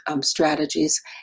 strategies